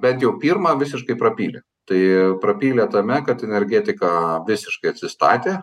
bent jau pirmą visiškai prapylė tai prapylė tame kad energetika visiškai atsistatė